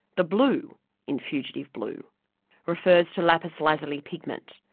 the blue in fugitive blue refers to lapis lazuli pigment,